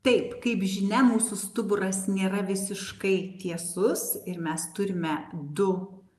taip kaip žinia mūsų stuburas nėra visiškai tiesus ir mes turime du